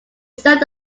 serves